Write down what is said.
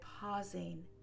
pausing